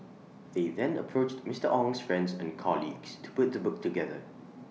they then approached Mister Ong's friends and colleagues to put the book together